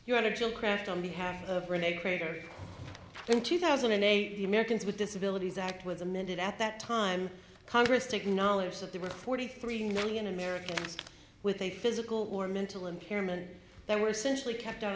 you want to kill kraft on behalf of rene greater in two thousand and eight the americans with disabilities act with amended at that time congress to acknowledge that there were forty three million americans with a physical or mental impairment they were simply kept out